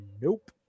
nope